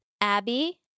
Abby